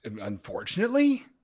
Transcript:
Unfortunately